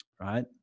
right